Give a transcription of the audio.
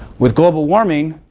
with global warming,